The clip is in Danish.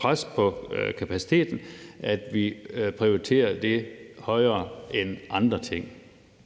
pres i forhold til kapaciteten, at vi prioriterer det højere end andre ting.